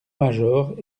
major